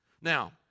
Now